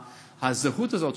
הזהות הזאת,